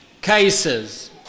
cases